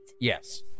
yes